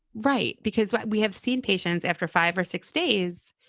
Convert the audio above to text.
right? because what we have seen patients after five or six days,